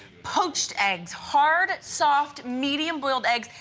poached eggs hard soft medium boreal eggs.